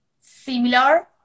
similar